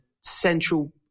central